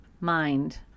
Mind